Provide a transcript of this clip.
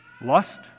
lust